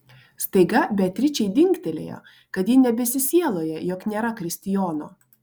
staiga beatričei dingtelėjo kad ji nebesisieloja jog nėra kristijono